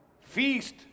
Feast